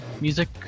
music